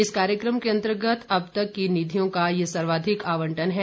इस कार्यक्रम के अंतर्गत अब तक की निधियों का ये सर्वाधिक आवंटन है